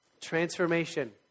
Transformation